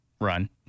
run